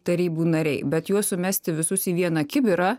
tarybų nariai bet juos sumesti visus į vieną kibirą